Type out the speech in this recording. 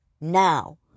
now